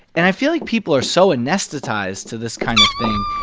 and i feel like people are so anesthetized to this kind of thing.